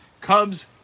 Cubs